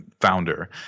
founder